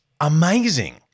amazing